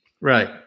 Right